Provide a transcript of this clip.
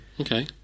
Okay